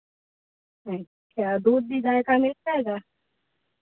अच्छा दूध भी गाय का मिल जाएगा